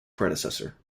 predecessor